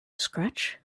scratch